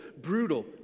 brutal